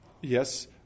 yes